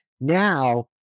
Now